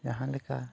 ᱡᱟᱦᱟᱸ ᱞᱮᱠᱟ